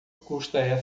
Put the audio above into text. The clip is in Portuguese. custa